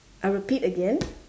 I repeat again